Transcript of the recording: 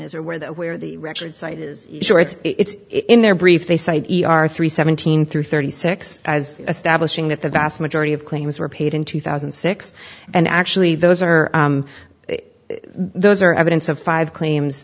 is or where they where the record site is sure it's in their brief they cite are three seventeen through thirty six as establishing that the vast majority of claims were paid in two thousand and six and actually those are those are evidence of five claims